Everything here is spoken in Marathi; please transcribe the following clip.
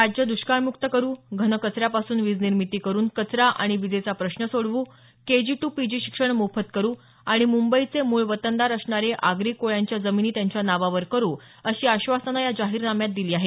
राज्य दुष्काळमुक्त करू घनकचऱ्यापासून वीजनिर्मिती करून कचरा आणि वीजेचा प्रश्न सोडवू केजी टू पीजी शिक्षण मोफत करू आणि मुंबईचे मूळ वतनदार असणारे आगरी कोळयांच्या जमिनी त्यांच्या नावावर करू अशी आश्वासनं या जाहीरनाम्यात दिली आहेत